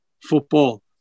football